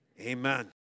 Amen